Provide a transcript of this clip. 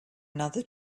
another